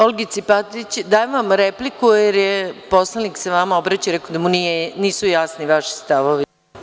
Olgice Batić, dajem vam repliku jer se poslanik vama obraćao i rekao da mu nisu jasni vaši stavovi.